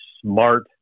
smart